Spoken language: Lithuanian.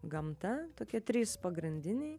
gamta tokie trys pagrindiniai